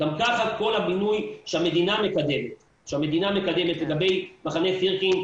ככה כל הבינוי שהמדינה מקדמת לגבי מחנה סירקין,